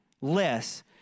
less